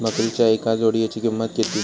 बकरीच्या एका जोडयेची किंमत किती?